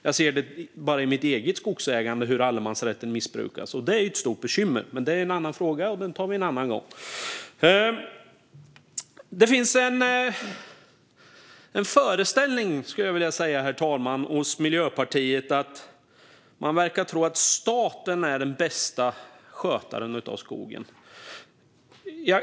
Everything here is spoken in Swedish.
Jag ser till exempel i mitt eget skogsägande hur allemansrätten missbrukas. Det är ett stort bekymmer. Men det är en annan fråga, och den tar vi en annan gång. Herr talman! Jag skulle vilja säga att det verkar finnas en föreställning hos Miljöpartiet om att staten är den som bäst sköter skogen.